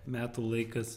metų laikas